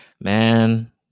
man